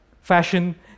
Fashion